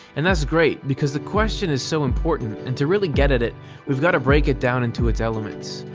and that's great, because the question is so important, and to really get at it we've got to break it down into its elements.